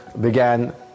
began